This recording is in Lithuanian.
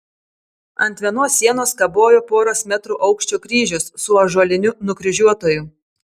ant vienos sienos kabojo poros metrų aukščio kryžius su ąžuoliniu nukryžiuotuoju